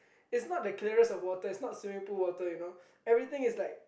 it's not the clearest of water it's not swimming pool water you know everything is like